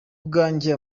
bwanjye